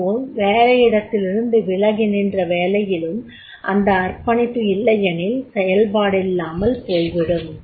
அதேபோல் வேலையிடத்திலிருந்து விலகி நின்ற வேலையிலும் அந்த அர்ப்பணிப்பு இல்லையெனில் செயல்பாடில்லாமல் போய்விடும்